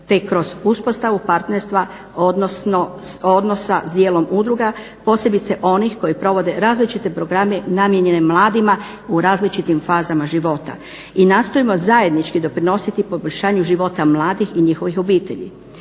te kroz uspostavu partnerstva odnosa s djelom udruga, posebice onih koji provode različite programe namijenjene mladima u različitim fazama života. I nastojimo zajednički doprinositi poboljšanju života mladih i njihovih obitelji.